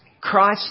Christ